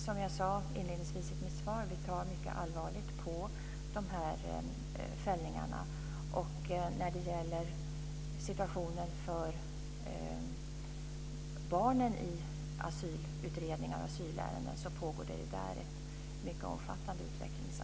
Som jag sade inledningsvis i mitt svar tar vi mycket allvarligt på de här fällningarna. Det pågår ett mycket omfattande utvecklingsarbete när det gäller situationen för barnen i asylutredningar och asylärenden.